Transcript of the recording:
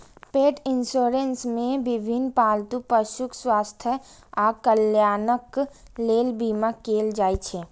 पेट इंश्योरेंस मे विभिन्न पालतू पशुक स्वास्थ्य आ कल्याणक लेल बीमा कैल जाइ छै